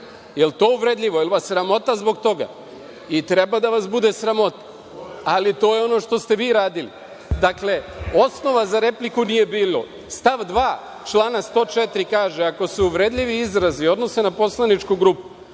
je li to uvredljivo? Je li vas sramota zbog toga? I treba da vas bude sramota, ali to je ono što ste vi radili. Dakle, osnova za repliku nije bilo. Stav 2. člana 104. kaže – ako se uvredljivi izraze odnose na poslaničku grupu,